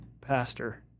pastor